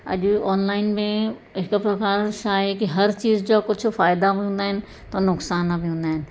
अॼु ऑनलाइन में हिकु प्रकार छा आहे की हर चीज़ कुझु फ़ाइदा बि हूंदा आहिनि त नुक़सान बि हूंदा आहिनि